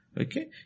Okay